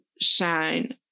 shine